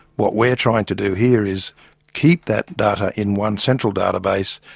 what we're trying to do here is keep that data in one central database,